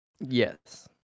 Yes